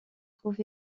trouve